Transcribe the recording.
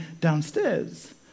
downstairs